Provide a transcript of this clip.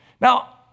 Now